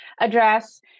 address